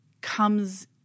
comes